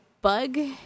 bug